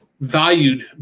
valued